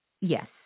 Yes